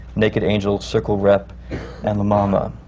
naked angels, circle rep and la mama.